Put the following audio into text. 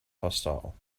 hostile